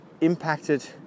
impacted